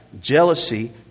jealousy